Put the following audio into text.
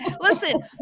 listen